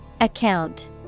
Account